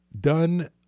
done